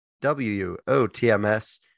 W-O-T-M-S